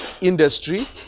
industry